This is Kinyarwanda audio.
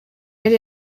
yari